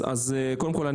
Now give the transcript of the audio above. קודם כל,